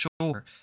sure